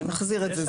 נחזיר את זה.